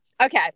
Okay